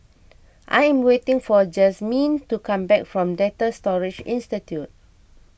I am waiting for Jazmyn to come back from Data Storage Institute